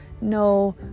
no